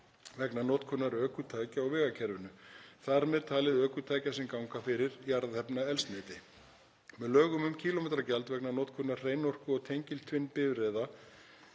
vegna notkunar ökutækja á vegakerfinu, þar með talið ökutækja sem ganga fyrir jarðefnaeldsneyti. Með lögum um kílómetragjald vegna notkunar hreinorku– og tengiltvinnbifreiða